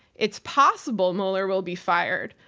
it's possible mueller will be fired,